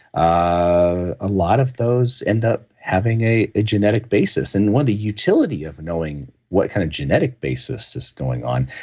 ah a lot of those end up having a genetic basis. and one of the utility of knowing what kind of genetic basis is going on,